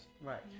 Right